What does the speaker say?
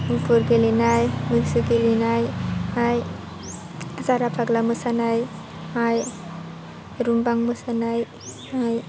मुफुर गेलेनाय मैसो गेलेनाय आइ जारा फाग्ला मोसानाय आइ रुमबां मोसानाय नाय